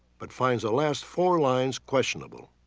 but finds the last four lines questionable.